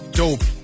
dope